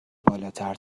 بالاتر